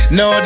no